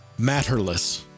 matterless